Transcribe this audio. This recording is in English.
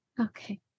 Okay